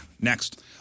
Next